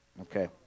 Okay